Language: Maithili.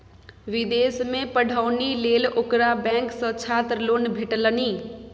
विदेशमे पढ़ौनी लेल ओकरा बैंक सँ छात्र लोन भेटलनि